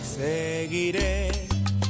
Seguiré